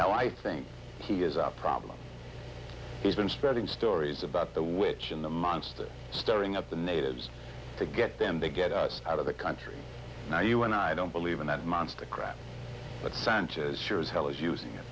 now i think he has a problem he's been spreading stories about the witch in the monster stirring up the natives to get them to get us out of the country now you and i don't believe in that monster crap but sanchez sure as hell is using